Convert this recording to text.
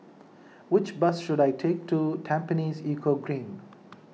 which bus should I take to Tampines Eco Green